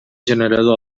generador